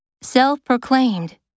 Self-proclaimed